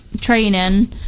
training